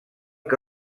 que